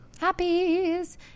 Happies